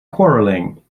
quarrelling